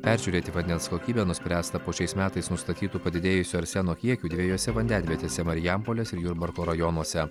peržiūrėti vandens kokybę nuspręsta po šiais metais nustatytu padidėjusiu arseno kiekiu dviejose vandenvietėse marijampolės ir jurbarko rajonuose